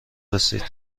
رسید